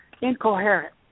incoherent